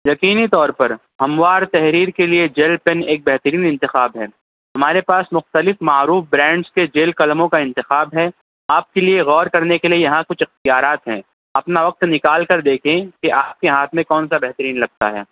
یقینی طور پر ہموار تحریر کے لئے جیل پین ایک بہترین انتخاب ہے ہمارے پاس مختلف معروف برانڈس کے جیل قلموں کا انتخاب ہے آپ کے لئے غور کرنے کے لئے یہاں کچھ اختیارات ہیں اپنا وقت نکال کر دیکھیں کہ آپ کے ہاتھ میں کون سا بہترین لگتا ہے